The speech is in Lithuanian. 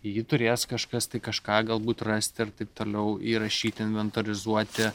į jį turės kažkas kažką galbūt rasti ir taip toliau įrašyti inventorizuoti